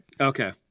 Okay